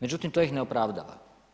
Međutim, to ih ne opravdava.